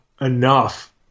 enough